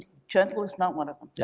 gentle is not one of them.